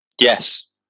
Yes